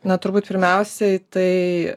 na turbūt pirmiausiai tai